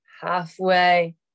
halfway